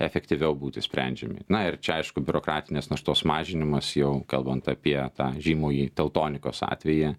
efektyviau būti sprendžiami na ir čia aišku biurokratinės naštos mažinimas jau kalbant apie tą žymųjį teltonikos atvejį